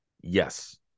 yes